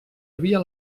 havia